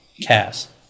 cast